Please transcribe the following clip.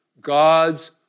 God's